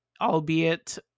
albeit